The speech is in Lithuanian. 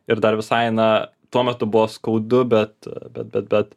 ir dar visai na tuo metu buvo skaudu bet bet bet bet